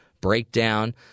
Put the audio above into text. breakdown